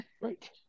Right